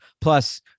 Plus